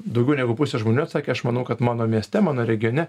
daugiau negu pusė žmonių atsakė aš manau kad mano mieste mano regione